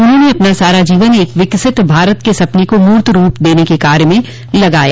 उन्होंने अपना सारा जीवन एक विकसित भारत के सपने को मूर्तरूप देने के कार्य में लगाया